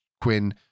Quinn